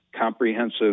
comprehensive